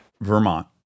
vermont